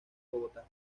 bogotá